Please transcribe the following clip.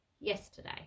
yesterday